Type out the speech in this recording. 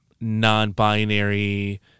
non-binary